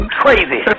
crazy